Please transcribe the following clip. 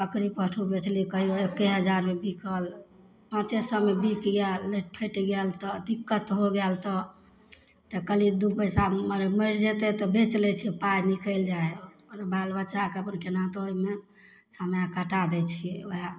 बकरी परसू बेचली कहियो एक्के हजारमे बिक्कल पाँचे सएमे बीकि गेल नहि छँटि गेल तऽ दिक्कत हो गेल तऽ तऽ कहलियै दू पैसा मगर मरि जेतै तऽ बेच लै छियै पाइ निकलि जाय हइ बाल बच्चाके अपन केनाहुतो ओहिमे समय कटा दै छियै ओहए